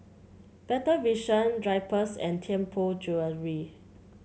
Better Vision Drypers and Tianpo Jewellery